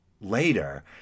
later